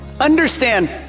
understand